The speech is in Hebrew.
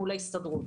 מול ההסתדרות.